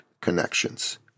connections